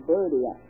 Birdie